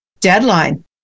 deadline